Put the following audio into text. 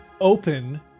Open